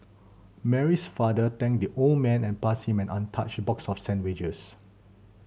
Mary's father thanked the old man and passed him an untouched box of sandwiches